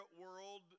world